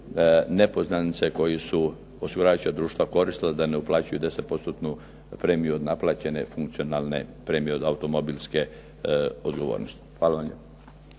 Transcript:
nepoznanice koje su osiguravajuća društva koristila da ne uplaćuju 10%-tnu premiju od naplaćene funkcionalne premije od automobilske odgovornosti. Hvala vam